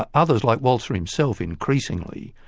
ah others, like walzer himself increasingly,